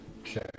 Okay